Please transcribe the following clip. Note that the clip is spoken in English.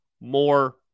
more